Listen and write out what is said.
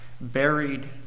Buried